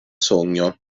sogno